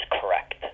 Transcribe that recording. correct